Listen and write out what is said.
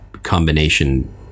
combination